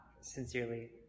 sincerely